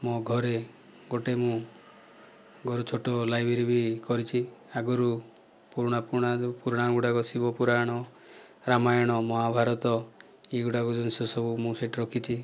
ମୋ ଘରେ ଗୋଟିଏ ମୁଁ ଘରେ ଛୋଟ ଲାଇବ୍ରେରୀ ବି କରିଛି ଆଗରୁ ପୁରୁଣା ପୁରୁଣା ଯେଉଁ ପୁରାଣ ଗୁଡ଼ାକ ଶିବ ପୁରାଣ ରାମାୟଣ ମହାଭାରତ ଏହିଗୁଡ଼ାକ ଜିନିଷ ସବୁ ମୁଁ ସେଠି ରଖିଛି